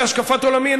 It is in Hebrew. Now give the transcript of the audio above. בהשקפת עולמי,